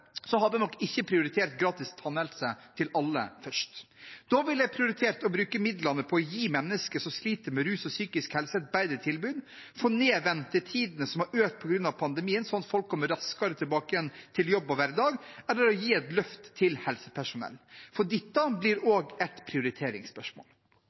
nok ikke prioritert gratis tannhelse til alle først. Da ville jeg prioritert å bruke midlene på å gi mennesker som sliter med rus og psykisk helse, et bedre tilbud, få ned ventetidene, som har økt på grunn av pandemien, sånn at folk kommer raskere tilbake til jobb og hverdag, eller å gi et løft til helsepersonell. For dette blir